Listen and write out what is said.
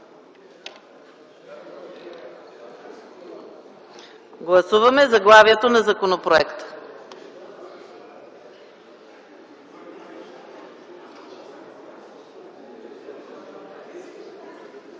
Гласуваме заглавието на законопроекта.